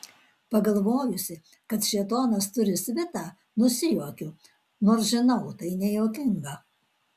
pagalvojusi kad šėtonas turi svitą nusijuokiu nors žinau tai nejuokinga